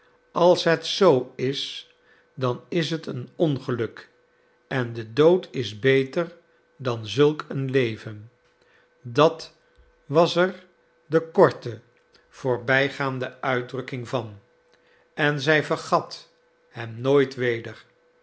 als het zoo is dan is het een ongeluk en de dood is beter dan zulk een leven dat was er de korte voorbijgaande uitdrukking van en zij vergat hem nooit weder